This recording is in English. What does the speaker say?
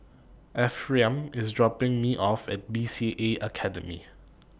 Ephriam IS dropping Me off At B C A Academy